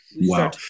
Wow